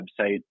website